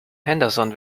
henderson